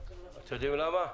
יודעים למה?